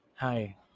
Hi